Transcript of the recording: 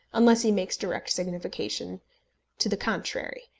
unless he makes direct signification to the contrary.